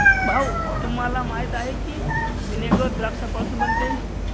भाऊ, तुम्हाला माहीत आहे की व्हिनेगर द्राक्षापासून बनते